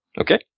Okay